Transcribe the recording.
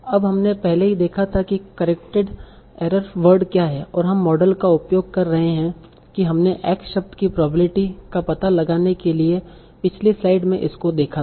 अब हमने पहले ही देखा कि करेक्टेड एरर वर्ड क्या है और हम मॉडल का उपयोग कर रहे हैं हमने x शब्द की प्रोबेब्लिटी का पता लगाने के लिए पिछली स्लाइड में इसको देखा था